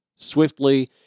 swiftly